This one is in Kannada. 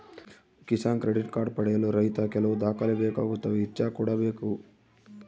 ಕಿಸಾನ್ ಕ್ರೆಡಿಟ್ ಕಾರ್ಡ್ ಪಡೆಯಲು ರೈತ ಕೆಲವು ದಾಖಲೆ ಬೇಕಾಗುತ್ತವೆ ಇಚ್ಚಾ ಕೂಡ ಬೇಕು